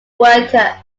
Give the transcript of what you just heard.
worker